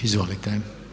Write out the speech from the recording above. Izvolite.